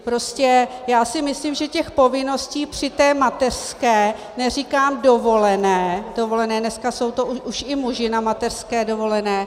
Prostě já si myslím, že těch povinností při té mateřské neříkám dovolené, dneska jsou to už i muži na mateřské dovolené...